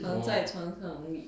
躺在床上 read